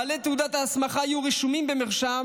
בעלי תעודת ההסמכה יהיו רישומים במרשם